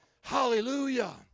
Hallelujah